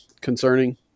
concerning